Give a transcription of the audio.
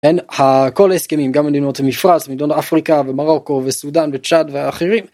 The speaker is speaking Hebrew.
הכל הסכמים גם מדינות המפרץ מדינות אפריקה ומרוקו וסודן וצ'אד ואחרים.